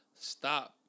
stop